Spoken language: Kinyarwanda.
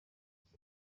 iki